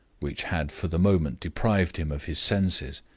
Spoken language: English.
which had for the moment deprived him of his senses.